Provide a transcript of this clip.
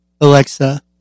Alexa